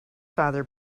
father